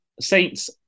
Saints